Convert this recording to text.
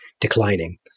declining